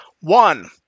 One